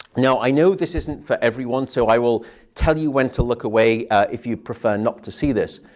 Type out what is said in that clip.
now, i know this isn't for everyone, so i will tell you when to look away if you'd prefer not to see this.